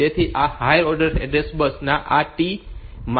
તેથી આ higher order address bus ના આ T માં આ મૂલ્ય A0 છે